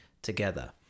together